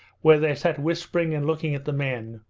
where they sat whispering and looking at the men,